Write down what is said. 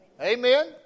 Amen